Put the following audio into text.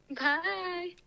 Bye